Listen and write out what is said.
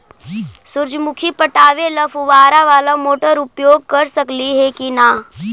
सुरजमुखी पटावे ल फुबारा बाला मोटर उपयोग कर सकली हे की न?